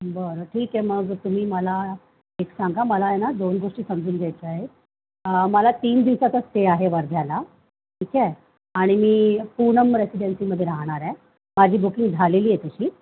बरं ठीके मग तुम्ही मला एक सांगा मला आहे ना दोन गोष्टी समजून घ्यायच्या आहेत मला तीन दिवसाचा स्टे आहे वर्ध्याला ठीक आहे आणि मी पूनम रेसिडेन्सीमध्ये राहणार आहे माझी बुकिंग झालेली आहे तशी